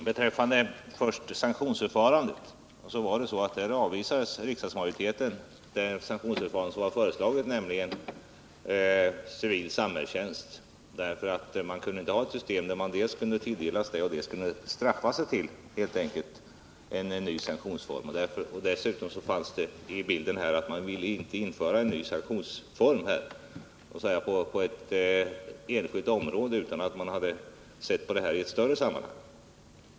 Herr talman! Beträffande sanktionsförfarandet var det så, att riksdagsmajoriteten avvisade det sanktionsförfarande som var föreslaget, nämligen civil samhällstjänst. Det ansågs att vi inte kunde ha ett system där man dels kunde tilldelas samhällstjänst och dels kunde straffa sig till det. Dessutom ville man inte införa en ny sanktionsform på ett enskilt område, utan man ville se detta i ett större sammanhang.